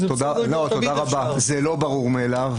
רבה.